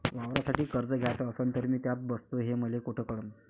वावरासाठी कर्ज घ्याचं असन तर मी त्यात बसतो हे मले कुठ कळन?